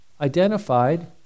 identified